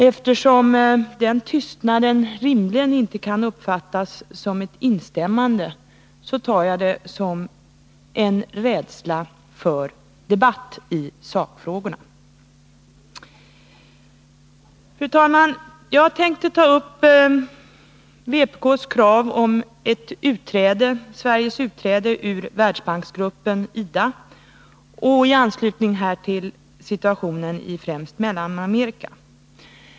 Eftersom den tystnaden inte rimligen kan uppfattas som instämmande, tar jag den som ett tecken på rädsla för en debatt i sakfrågorna. Fru talman! Jag tänker ta upp vpk:s krav på Sveriges utträde ur Världsbanksgruppen IDA och i anslutning härtill situationen i främst Mellanamerika.